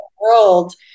world